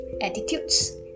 attitudes